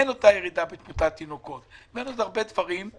אין אותה ירידה בתמותת תינוקות ואין עוד הרבה דברים,